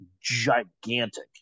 gigantic